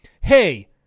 hey